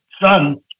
son